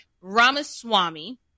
Ramaswamy